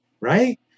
Right